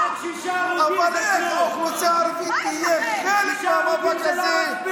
אבל איך האוכלוסייה הערבית תהיה חלק מהמאבק הזה,